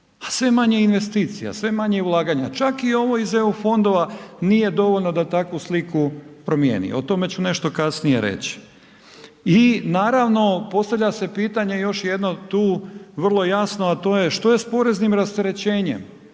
sve manje investicija, sve manje ulaganja, čak i ovo iz EU fondova nije dovoljno da takvu sliku promijeni, o tome ću nešto kasnije reći, I naravno postavlja se pitanje još jedno tu vrlo jasno, a to je što je s poreznim rasterećenjem